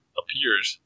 appears